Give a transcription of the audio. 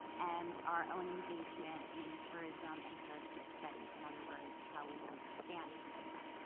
and our own engagement in tourism and heritage studies. in other words, how we understand tourism.